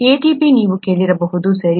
ATP ನೀವು ಕೇಳಿರಬಹುದು ಸರಿ